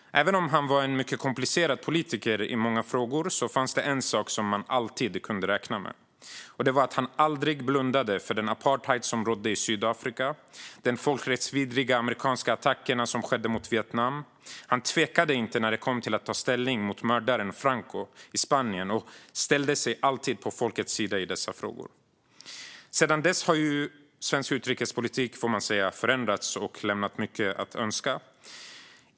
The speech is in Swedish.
Även om han var en komplicerad politiker i många frågor fanns det en sak man alltid kunde räkna med: Han blundade aldrig för den apartheid som rådde i Sydafrika eller de folkrättsvidriga amerikanska attackerna mot Vietnam, han tvekade inte när det kom till att ta ställning mot mördaren Franco i Spanien och han ställde sig alltid på folkets sida i dessa frågor. Sedan dess har svensk utrikespolitik förändrats och lämnar mycket att önska.